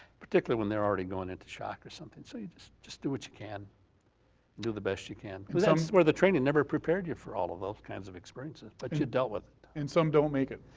particularly when they're already going into shock or something, so you just just do what you can do the best you can. because that's where the training never prepared you for all of those kinds of experiences, but you dealt with it. and some don't make it?